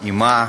אמה,